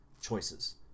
choices